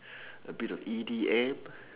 abit of E_D_M